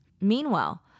Meanwhile